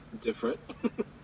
different